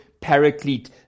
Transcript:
paraclete